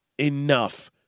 Enough